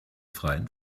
freien